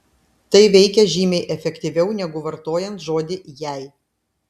tai veikia žymiai efektyviau negu vartojant žodį jei